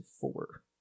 four